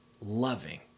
loving